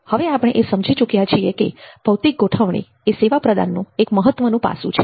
હવે આપણે એ સમજી ચૂક્યા છીએ કે ભૌતિક ગોઠવણી એ સેવા પ્રદાનનું એક મહત્વપૂર્ણ પાસું છે